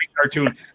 cartoon